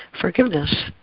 Forgiveness